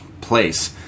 place